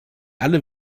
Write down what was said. alle